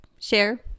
share